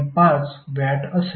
5 watt असेल